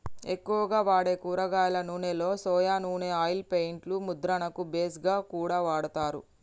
ఎక్కువగా వాడే కూరగాయల నూనెలో సొయా నూనె ఆయిల్ పెయింట్ లు ముద్రణకు బేస్ గా కూడా వాడతారు